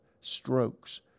strokes